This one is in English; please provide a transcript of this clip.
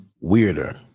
weirder